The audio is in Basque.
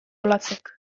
olatzek